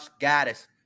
Gaddis